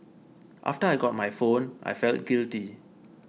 after I got my phone I felt guilty